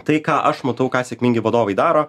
tai ką aš matau ką sėkmingi vadovai daro